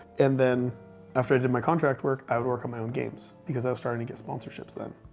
and then after i did my contract work, i would work on my own games, because i was starting to get sponsorships then,